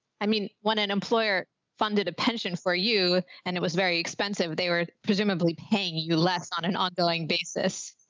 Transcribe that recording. i mean, when an employer funded a pension for you and it was very expensive, they were presumably paying you less on an ongoing basis.